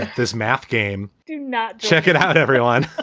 this math game. do not check it out, everyone